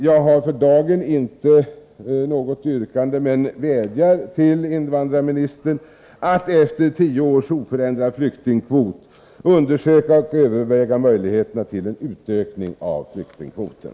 Jag har för dagen inte något yrkande men vädjar till invandrarministern att efter närmare tio års oförändrad flyktingkvot undersöka och överväga möjligheterna till en utökning av flyktingkvoten.